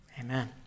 amen